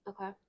Okay